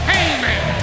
Heyman